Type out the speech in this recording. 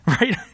Right